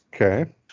Okay